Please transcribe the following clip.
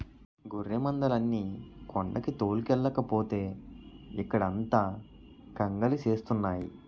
గొర్రెమందల్ని కొండకి తోలుకెల్లకపోతే ఇక్కడంత కంగాలి సేస్తున్నాయి